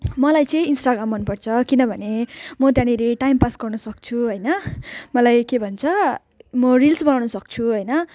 मलाई चाहिँ इन्स्टाग्राम मनपर्छ किनभने म त्यहाँनिर टाइमपास गर्नसक्छु होइन मलाई के भन्छ म रिल्स बनाउनसक्छु होइन